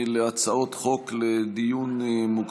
קודם כול, אלי איפה אלי?